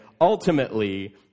ultimately